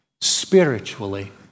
spiritually